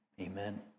amen